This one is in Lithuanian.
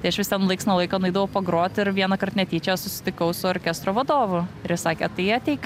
tai aš vis ten laiks nuo laiko nueidavau pagrot ir vienąkart netyčia susitikau su orkestro vadovu ir is sakė tai ateik